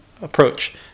approach